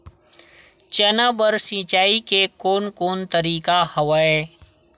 चना बर सिंचाई के कोन कोन तरीका हवय?